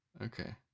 Okay